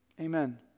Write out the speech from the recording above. Amen